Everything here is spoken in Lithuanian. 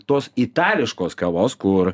tos itališkos kavos kur